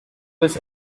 was